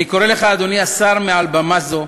אני קורא לך, אדוני השר, מעל במה זו: